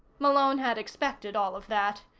malone had expected all of that.